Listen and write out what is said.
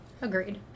Agreed